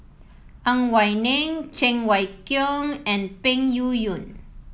Ang Wei Neng Cheng Wai Keung and Peng Yuyun